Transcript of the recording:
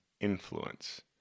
influence